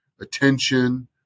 attention